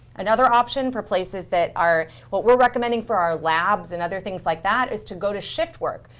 another option for places that are what we're recommending for our labs and other things like that is to go to shift work,